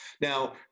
Now